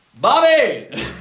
Bobby